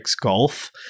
Golf